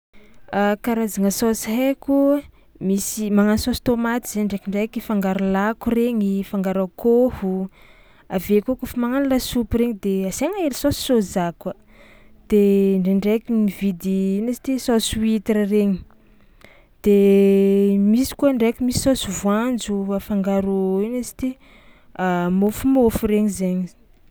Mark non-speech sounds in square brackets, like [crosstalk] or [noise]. A karazagna saosy haiko: misy magnano saosy tômaty zahay ndraikindraiky afangaro lako regny, afangaro akôho, avy eo koa kaofa magnano lasopy regny de asiagna hely saosy soja koa de ndraindraiky mividy ino izy ty saosy huitre regny, de misy koa ndraiky misy saosy voanjo afangaro ino izy ty [hesitation] môfomôfo regny zainy.